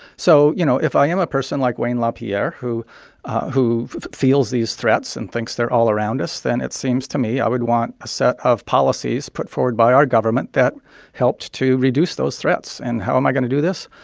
so, you know, if i am a person like wayne lapierre who who feels these threats and thinks they're all around us, then it seems to me i would want a set of policies put forward by our government that helped to reduce those threats. and how am i going to do this?